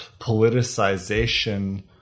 politicization